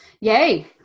Yay